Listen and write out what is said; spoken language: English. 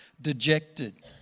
dejected